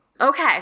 Okay